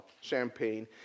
champagne